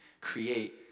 create